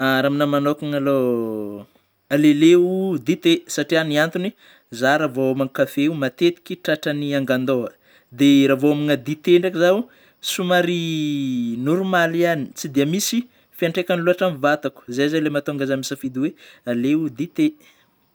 Raha aminahy manôkagna alôha aleoleo dite satria ny antony za raha vao homan-kafe io matetiky tratran'ny angan-dôha dia raha vao homagna dite ndreky zaho somary normaly ihany, tsy dia misy fiantraikany loatra amin'ny vatako zay zay le mahatonga za misafidy hoe aleo dite.